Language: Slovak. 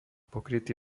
pokrytý